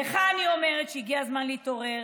לך אני אומרת שהגיע זמן להתעורר,